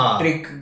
trick